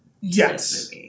Yes